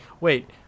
wait